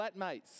flatmates